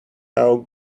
how